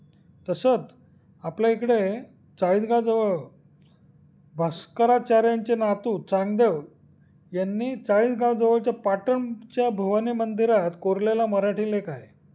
तसंच आपल्या इकडे चाळीसगावजवळ भास्कराचार्यांचे नातू चांगदेव यांनी चाळीसगावजवळच्या पाटणच्या भवानी मंदिरात कोरलेला मराठी लेख आहे